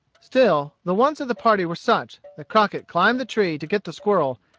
still the wants of the party were such that crockett climbed the tree to get the squirrel,